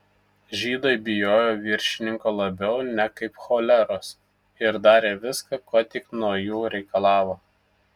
žydai bijojo viršininko labiau nekaip choleros ir darė viską ko tik nuo jų reikalavo